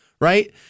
right